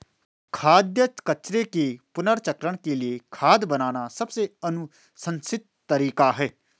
खाद्य कचरे के पुनर्चक्रण के लिए खाद बनाना सबसे अनुशंसित तरीका है